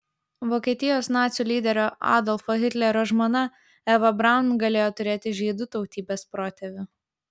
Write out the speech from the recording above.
vokietijos nacių lyderio adolfo hitlerio žmona eva braun galėjo turėti žydų tautybės protėvių